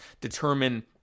determine